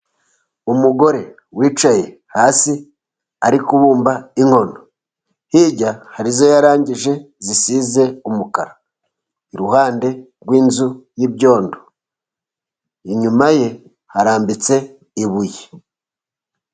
Umugore wicaye hasi ari kubumba inkono. Hirya hari izo yarangije zisize umukara iruhande rw'inzu y'ibyondo. inyuma ye harambitse ibuye.